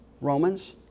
Romans